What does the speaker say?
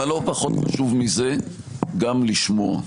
אבל לא פחות חשוב מזה, גם לשמוע.